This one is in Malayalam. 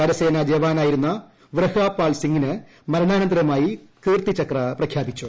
കരസേന ജവാനായിരുന്ന വ്രഹ്മ പാൽ സിംഗിന് മരണാനന്തരമായി കീർത്തിചക്ര പ്രഖ്യാപിച്ചു